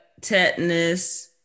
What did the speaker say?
tetanus